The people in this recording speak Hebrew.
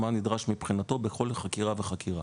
מה נדרש מבחינתו בכול חקירה וחקירה.